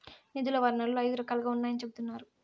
నిధుల వనరులు ఐదు రకాలుగా ఉన్నాయని చెబుతున్నారు